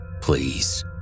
Please